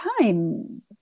time